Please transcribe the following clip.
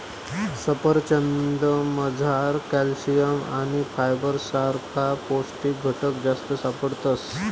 सफरचंदमझार कॅल्शियम आणि फायबर सारखा पौष्टिक घटक जास्त सापडतस